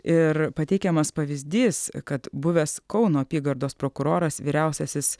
ir pateikiamas pavyzdys kad buvęs kauno apygardos prokuroras vyriausiasis